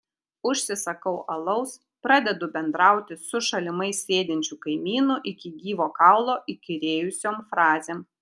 užsisakau alaus pradedu bendrauti su šalimais sėdinčiu kaimynu iki gyvo kaulo įkyrėjusiom frazėm